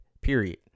period